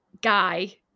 guy